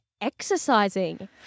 exercising